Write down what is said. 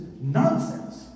nonsense